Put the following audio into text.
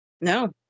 No